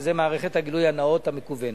שזה מערכת הגילוי הנאות המקוונת.